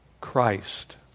Christ